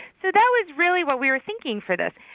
so that was really what we were thinking for this.